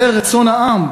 זה רצון העם.